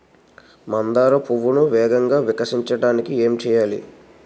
మందార పువ్వును వేగంగా వికసించడానికి ఏం చేయాలి?